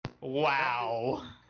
Wow